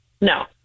no